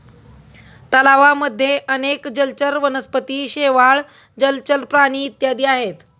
तलावांमध्ये अनेक जलचर वनस्पती, शेवाळ, जलचर प्राणी इत्यादी आहेत